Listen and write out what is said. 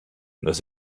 das